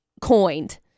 coined